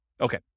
Okay